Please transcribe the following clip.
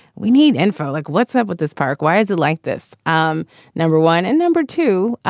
we need info like what's up with this park? why is it like this? um number one. and number two,